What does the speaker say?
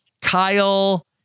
Kyle